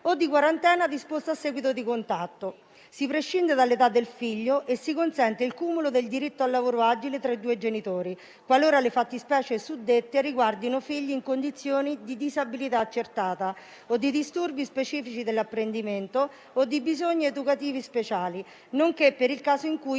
o di quarantena disposta a seguito di contatto. Si prescinde dall'età del figlio e si consente il cumulo del diritto al lavoro agile tra i due genitori, qualora le fattispecie suddette riguardino figli in condizioni di disabilità accertata o di disturbi specifici dell'apprendimento o di bisogni educativi speciali, nonché per il caso in cui